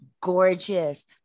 gorgeous